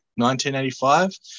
1985